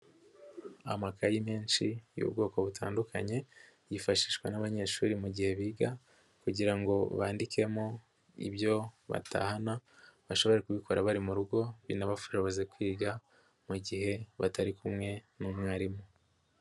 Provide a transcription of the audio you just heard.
Amakayi menshi y'ubwoko butandukanye yifashishwa n'abanyeshuri mu gihe biga kugira ngo bandikemo ibyo batahana, bashobore kubikora bari mu rugo binabashoboze kwiga mu gihe batari kumwe n'umwarimu.